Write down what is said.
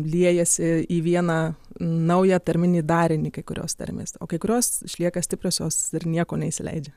liejasi į vieną naują tarminį darinį kai kurios tarmės o kai kurios išlieka stipriosios ir nieko neįsileidžia